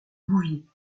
bouvier